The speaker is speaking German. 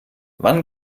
wann